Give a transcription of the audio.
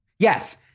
Yes